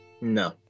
No